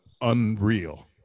unreal